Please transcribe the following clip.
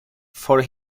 for